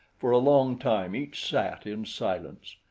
for a long time each sat in silence.